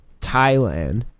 Thailand